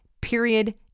Period